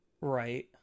Right